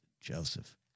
Joseph